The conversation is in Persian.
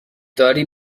داری